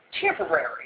temporary